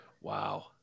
Wow